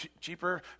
cheaper